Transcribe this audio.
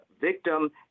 victim